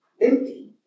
empty